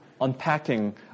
unpacking